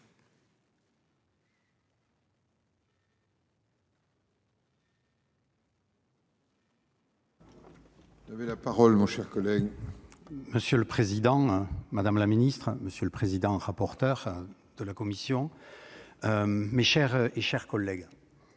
Vous avez la parole, mon cher collègue. Monsieur le Président, Madame la Ministre, Monsieur le Président, rapporteur de la commission mes chères et chers collègues,